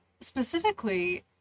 specifically